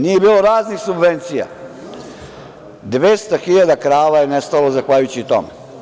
Nije bilo raznih subvencija, 200.000 krava je nestalo zahvaljujući tome.